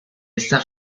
esta